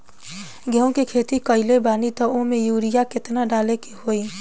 गेहूं के खेती कइले बानी त वो में युरिया केतना डाले के होई?